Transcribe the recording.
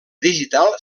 digital